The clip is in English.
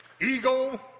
Ego